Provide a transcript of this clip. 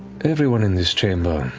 everyone in this chamber,